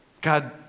God